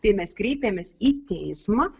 tai mes kreipėmės į teismą